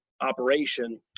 operation